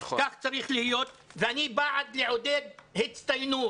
כך צריך להיות ואני בעד לעודד הצטיינות,